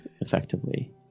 effectively